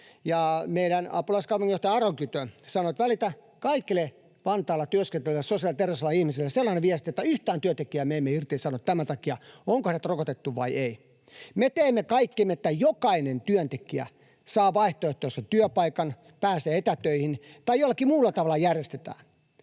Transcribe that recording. ja meidän apulaiskaupunginjohtaja Aronkytö sanoi, että ”välitä kaikille Vantaalla työskenteleville sosiaali- ja terveysalan ihmisille sellainen viesti, että yhtään työntekijää me emme irtisano tämän takia, että onko heidät rokotettu vai ei. Me teemme kaikkemme, että jokainen työntekijä saa vaihtoehtoisen työpaikan, pääsee etätöihin tai jollakin muulla tavalla järjestetään